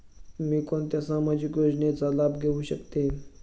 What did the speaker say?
मी कोणत्या सामाजिक योजनेचा लाभ घेऊ शकते?